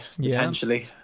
potentially